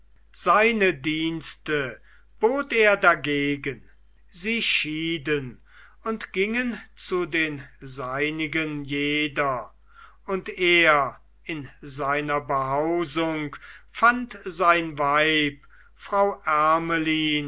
seine dienste bot er dagegen sie schieden und gingen zu den seinigen jeder und er in seiner behausung fand sein weib frau